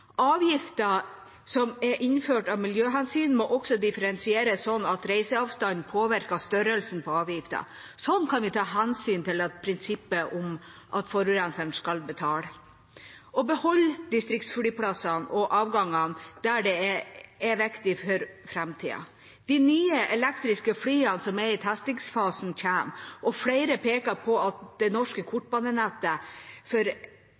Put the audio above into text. avgifter per passasjer enn store fly. Avgiftene som er innført av miljøhensyn, må også differensieres, slik at reiseavstanden påvirker størrelsen på avgiften. Slik kan vi ta hensyn til prinsippet om at forurenseren skal betale, og beholde distriktflyplassene og avgangene der det er viktig for framtida. De nye elektriske flyene som er i testfasen, kommer, og flere peker på at det norske kortbanenettet er bra for